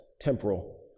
temporal